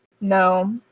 No